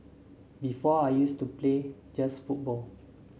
before I used to play just football